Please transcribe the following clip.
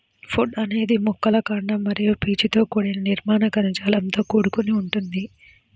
would అనేది మొక్కల కాండం మరియు పీచుతో కూడిన నిర్మాణ కణజాలంతో కూడుకొని ఉంటుంది